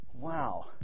wow